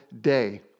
day